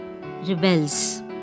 rebels